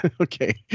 Okay